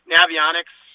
Navionics